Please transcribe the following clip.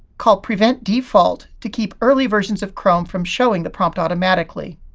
call prevent default to keep early versions of chrome from showing the prompt automatically.